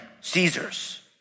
Caesar's